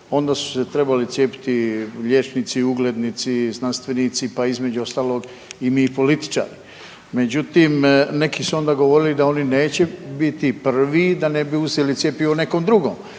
onda su se trebali cijepiti liječnici, uglednici, znanstvenici, pa između ostalog i mi političari. Međutim, neki su onda govorili da oni neće biti prvi da ne bi uzeli cjepivo nekom drugom.